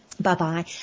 bye-bye